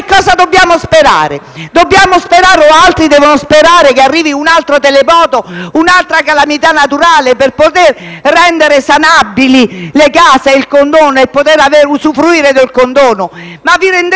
Cosa dobbiamo sperare? Dobbiamo sperare o altri devono sperare che arrivi un altro terremoto, un’altra calamità naturale per poter rendere sanabili le case e poter così usufruire del condono? Vi rendete